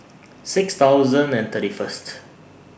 six thousand and thirty First